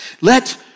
Let